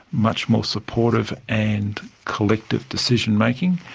much more supportive and collective decision-making,